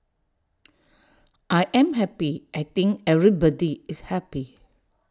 I'm happy I think everybody is happy